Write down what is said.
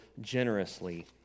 generously